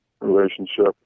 relationship